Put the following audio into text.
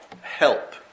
help